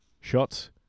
shots